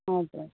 हजुर